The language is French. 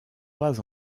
pas